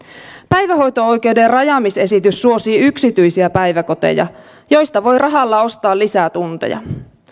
päivähoito oikeuden rajaamisesitys suosii yksityisiä päiväkoteja joista voi rahalla ostaa lisää tunteja